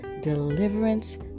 deliverance